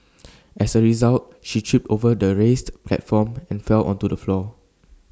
as A result she tripped over the raised platform and fell onto the floor